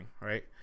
right